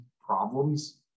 problems